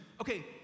okay